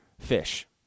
fish